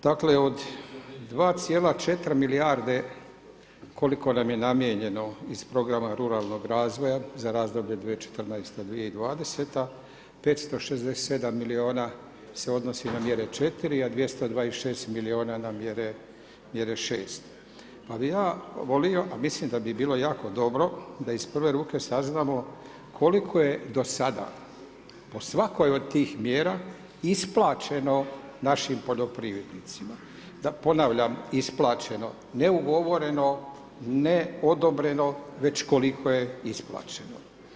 Dakle, od 2,4 milijarde koliko nam je namijenjeno iz programa ruralnog razvoja za razdoblje 2014, 2020., 567 milijuna se odnosi na mjere 4, a 226 milijuna na mjere 6. Pa bi ja volio, a mislim da bi bilo jako dobro da iz prve ruke saznamo koliko je do sada po svakoj od tih mjera isplaćeno našim poljoprivrednicima, ponavljam isplaćeno ne ugovoreno, ne odobreno već koliko je isplaćeno.